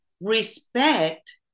respect